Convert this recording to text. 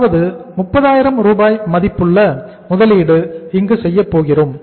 அதாவது 30000 ரூபாய் மதிப்புள்ள முதலீடு இங்கு செய்யப்போகிறோம்